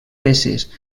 peces